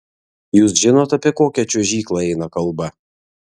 jūs žinot apie kokią čiuožyklą eina kalba